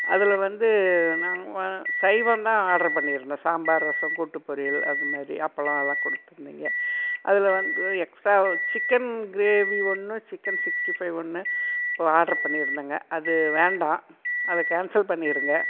அதில் வந்து நாங்கள் வ சைவம் தான் ஆர்ட்ரு பண்ணியிருந்தோம் சாம்பார் ரசம் கூட்டுப் பொரியல் அதுமாதிரி அப்பளம் அதெலாம் கொடுத்துருந்தீங்க அதில் வந்து எக்ஸ்ட்ரா சிக்கன் கிரேவி ஒன்று சிக்கன் சிக்ஸ்ட்டி ஃபைவ் ஒன்று இப்போது ஆர்ட்ரு பண்ணியிருந்தேங்க அது வேண்டாம் அதை கேன்சல் பண்ணிடுங்க